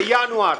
בינואר,